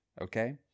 okay